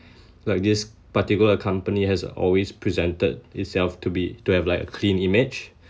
like this particular company has always presented itself to be to have like a clean image